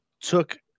took